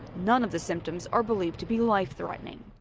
none of the symptoms are believed to be life-threatening.